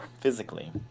physically